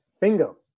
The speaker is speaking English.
bingo